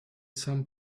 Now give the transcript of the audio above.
some